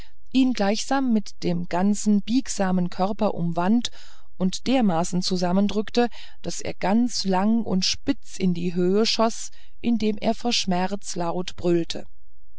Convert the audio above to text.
ihn gleichsam mit dem ganzen biegsamen körper umwand und dermaßen zusammendrückte daß er ganz lang und spitz in die höhe schoß indem er vor schmerz laut brüllte